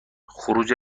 خروج